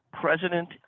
President